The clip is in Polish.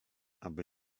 aby